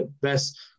best